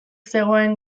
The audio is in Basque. zegoen